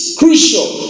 crucial